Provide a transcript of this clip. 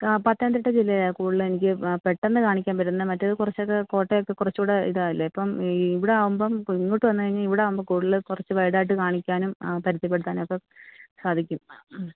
ആ പത്തനംതിട്ട ജില്ലയിലാണ് കൂടുതലും എനിക്ക് പെട്ടന്ന് കാണിക്കാൻ പറ്റുന്നത് മറ്റേത് കുറച്ചൊക്കെ കോട്ടയം കുറച്ചൂടെ ഇതല്ലേ ഇപ്പം ഈ ഇവിടാവുമ്പം ഇങ്ങോട്ട് വന്നു കഴിഞ്ഞാൽ ഇവിടാവുമ്പം കൂടുതൽ കുറച്ച് വൈഡ് ആയിട്ട് കാണിക്കാനും പരിചയപ്പെടുത്താനൊക്കെ സാധിക്കും